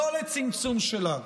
לא לצמצום שלה,